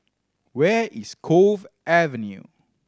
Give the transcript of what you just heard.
where is Cove Avenue